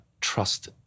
trust